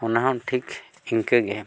ᱚᱱᱟᱦᱚᱸ ᱴᱷᱤᱠ ᱤᱱᱠᱟᱹ ᱜᱮ